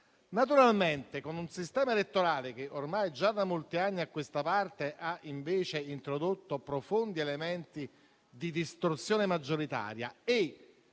Naturalmente, con un sistema elettorale che, ormai già da molti anni a questa parte, ha invece introdotto profondi elementi di distorsione maggioritaria e